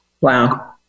Wow